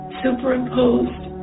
superimposed